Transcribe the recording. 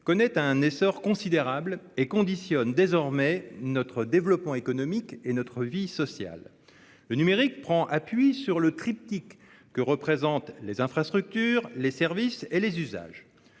connaît un essor considérable et conditionne désormais notre développement économique et notre vie sociale. Le numérique prend appui sur le triptyque que constituent les infrastructures, les services et les usages.